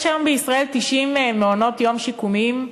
יש היום בישראל 90 מעונות-יום שיקומיים,